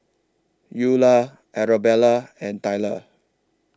Eulah Arabella and Tyler